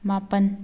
ꯃꯥꯄꯟ